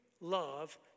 love